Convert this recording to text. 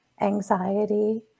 anxiety